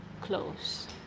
close